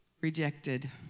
Rejected